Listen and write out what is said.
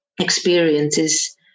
experiences